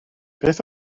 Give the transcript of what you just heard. beth